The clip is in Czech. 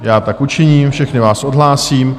Já tak učiním, všechny vás odhlásím.